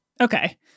Okay